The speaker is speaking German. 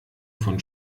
von